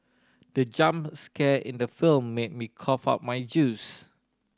the jump scare in the film made me cough out my juice